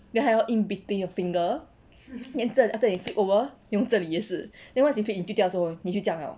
then 还要 in between your finger then 这 after that you flip over 用这里也是 then once you flip 你丢掉的时候你就这样 liao